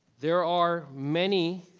there are many